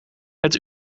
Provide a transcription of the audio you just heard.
het